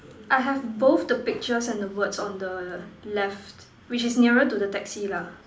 I have both the pictures and the words on the left which is nearer to the taxi lah